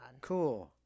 Cool